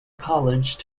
college